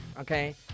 okay